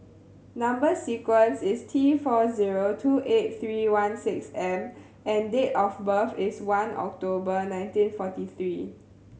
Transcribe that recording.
number sequence is T four zero two eight three one six M and date of birth is one October nineteen forty three